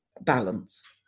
Balance